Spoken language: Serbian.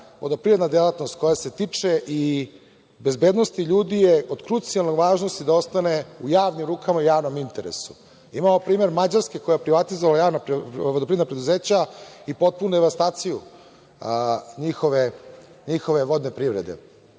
vodoprivredna delatnost koja se tiče i bezbednosti ljudi je od krucijalne važnosti da ostane u javnim rukama i javnom interesu. Imamo primer Mađarske koja je privatizovala javna vodoprivredna preduzeća i potpunu devastaciju njihove vodoprivrede. Usput,